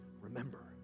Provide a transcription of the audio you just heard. remember